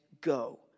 go